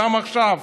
גם עכשיו.